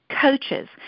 coaches